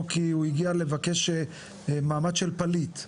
או כי הגיע לבקש מעמד של פליט,